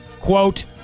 quote